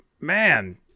man